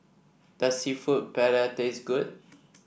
does seafood Paella taste good